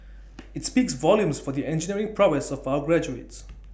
IT speaks volumes for the engineering prowess of our graduates